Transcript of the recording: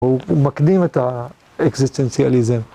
הוא מקדים את האקזיסטנציאליזם.